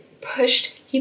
pushed